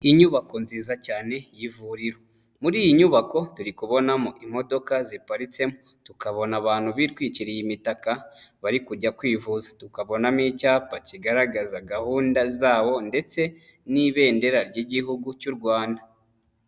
Inyubako nziza cyane y'ivuriro, muri iyi nyubako turi kubonamo imodoka ziparitsemo, tukabona abantu bitwikiriye imitaka bari kujya kwivuza, tukabonamo icyapa kigaragaza gahunda zabo ndetse n'ibendera ry'igihugu cy'u Rwanda.